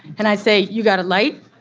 and i say, you got a light?